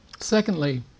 Secondly